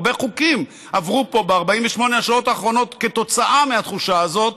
הרבה חוקים עברו פה ב-48 השעות האחרונות כתוצאה מהתחושה הזאת,